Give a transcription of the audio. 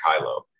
Kylo